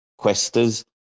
questers